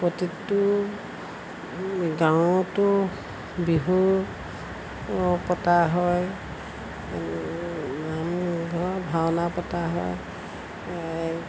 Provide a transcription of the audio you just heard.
প্ৰতিটো গাঁৱতো বিহু পতা হয় নামঘৰ ভাওনা পতা হয়